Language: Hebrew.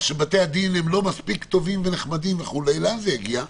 שבתי-הדין לא מספיק טובים ונחמדים לאן זה יגיע?